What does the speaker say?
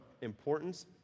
importance